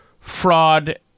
fraud